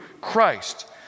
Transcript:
Christ